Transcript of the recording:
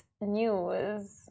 news